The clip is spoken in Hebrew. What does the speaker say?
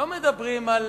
לא מדברים על